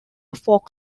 folk